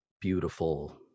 beautiful